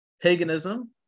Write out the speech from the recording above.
Paganism